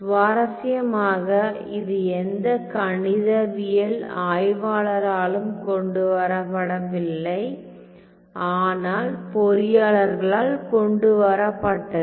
சுவாரஸ்யமாக இது எந்த கணிதவியல் ஆய்வாளராலும் கொண்டுவரப்படவில்லை ஆனால் பொறியாளர்களால் கொண்டுவரப்பட்டது